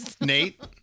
Nate